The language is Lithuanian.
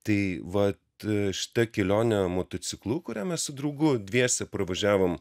tai vat šita kelionė motociklu kurią mes su draugu dviese pravažiavom